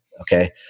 Okay